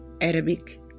Arabic